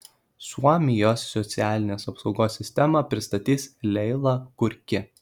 suomijos socialinės apsaugos sistemą pristatys leila kurki